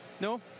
no